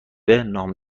نام